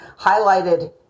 highlighted